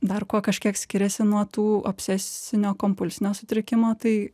dar kuo kažkiek skiriasi nuo tų obsesinio kompulsinio sutrikimo tai